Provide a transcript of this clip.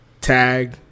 Tag